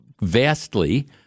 vastly –